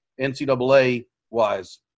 NCAA-wise